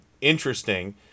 interesting